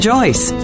Joyce